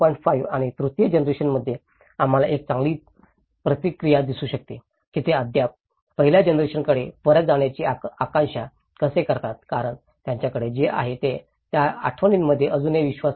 5 आणि तृतीय जनरेशनमध्ये आम्हाला एक चांगली चांगली प्रतिक्रिया दिसू शकते की ते अद्याप पहिल्या जनरेशनकडे परत जाण्याची आकांक्षा कसे करतात कारण त्यांच्याकडे जे आहे त्या त्या आठवणींमध्ये अजूनही विश्वास आहे